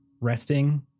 resting